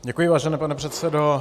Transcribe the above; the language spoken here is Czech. Děkuji, vážený pane předsedo.